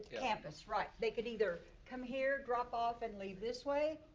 campus right. they could either come here, drop off and leave this way,